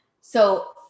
So-